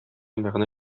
мәгънә